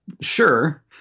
Sure